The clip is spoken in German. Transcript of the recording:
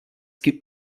gibt